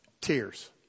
Tears